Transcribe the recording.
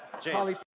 James